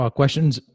questions